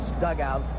dugout